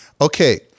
Okay